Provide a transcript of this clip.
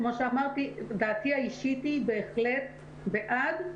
כמו שאמרתי, דעתי האישית היא בהחלט בעד.